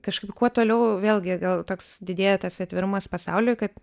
kažkaip kuo toliau vėlgi gal toks didėja tas atvirumas pasauliui kad